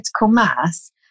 mass